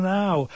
now